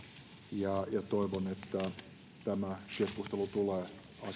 ja ja toivon että tämä keskustelu tulee